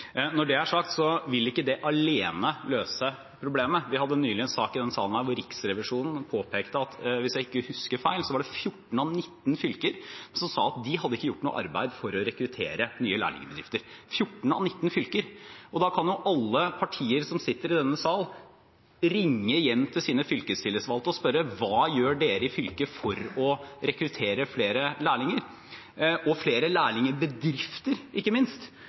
Når det er sagt, vil ikke det alene løse problemet. Vi hadde nylig en sak i denne salen hvor Riksrevisjonen påpekte – hvis jeg ikke husker feil – at 14 av 19 fylker sa at de ikke hadde gjort noe for å rekruttere nye lærlingbedrifter – altså 14 av 19 fylker. Da kan jo alle partier som sitter i denne sal, ringe hjem til sine fylkestillitsvalgte og spørre: Hva gjør dere i fylket for å rekruttere flere lærlinger – og flere lærlingbedrifter, ikke minst?